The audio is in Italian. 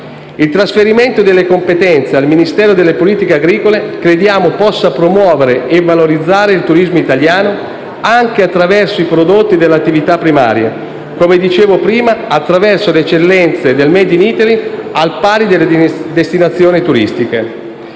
il trasferimento delle competenze al Ministero delle politiche agricole possa promuovere e valorizzare il turismo italiano anche attraverso i prodotti delle attività primarie: come dicevo prima, attraverso le eccellenze del *made in Italy* al pari delle destinazioni turistiche.